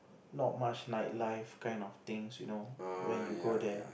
not much night life kind of things you know when you go there